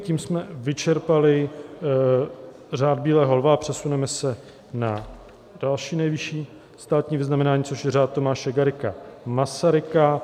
Tím jsme vyčerpali Řád bílého lva a přesuneme se na další nejvyšší státní vyznamenání, což je Řád Tomáše Garrigua Masaryka.